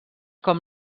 com